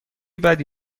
بدی